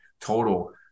total